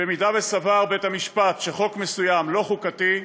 במידה שסבר בית המשפט שחוק מסוים לא חוקתי,